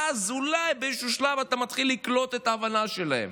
אולי באיזשהו שלב אתה מתחיל לקלוט את ההבנה שלהם.